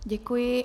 Děkuji.